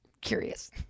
curious